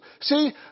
See